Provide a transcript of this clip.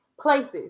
Places